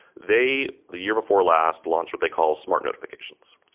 they, the year before last, launched what they call smart notifi cations.